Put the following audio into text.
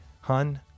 Hun